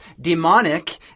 demonic